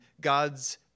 God's